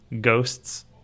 Ghosts